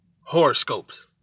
horoscopes